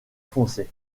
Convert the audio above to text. foncé